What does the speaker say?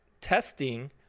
testing